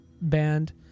band